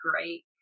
great